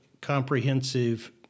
comprehensive